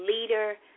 leader